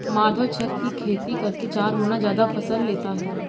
माधव छत की खेती करके चार गुना ज्यादा फसल लेता है